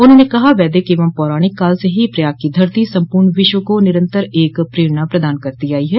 उन्होंने कहा वैदिक एवं पौराणिक काल से ही प्रयाग की धरती सम्पूर्ण विश्व को निरन्तर एक प्रेरणा प्रदान करती आयी है